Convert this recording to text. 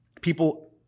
people